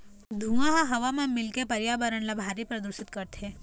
धुंआ ह हवा म मिलके परयाबरन ल भारी परदूसित करथे